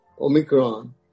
Omicron